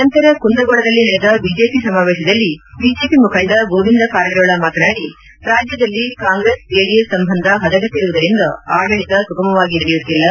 ನಂತರ ಕುಂದಗೋಳದಲ್ಲಿ ನಡೆದ ಬಿಜೆಪಿ ಸಮಾವೇತದಲ್ಲಿ ಬಿಜೆಪಿ ಮುಖಂಡ ಗೋವಿಂದ ಕಾರಜೋಳ ಮಾತನಾಡಿ ರಾಜ್ಯದಲ್ಲಿ ಕಾಂಗ್ರೆಸ್ ಜೆಡಿಎಸ್ ಸಂಬಂಧ ಹದಗೆಟ್ಟರುವುದರಿಂದ ಆಡಳಿತ ಸುಗಮವಾಗಿ ನಡೆಯುತ್ತಿಲ್ಲ